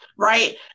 right